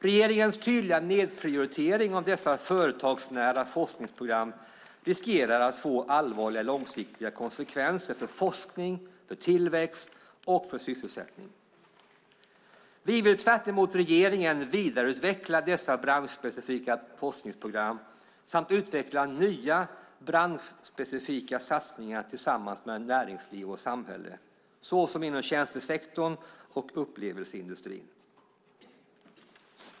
Regeringens tydliga nedprioritering av dessa företagsnära forskningsprogram riskerar att få allvarliga långsiktiga konsekvenser för forskning, tillväxt och sysselsättning. Vi vill tvärtemot regeringen vidareutveckla dessa branschspecifika forskningsprogram och utveckla nya branschspecifika satsningar tillsammans med näringsliv och samhälle, till exempel inom tjänstesektorn och upplevelseindustrin.